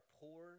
poor